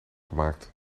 gemaakt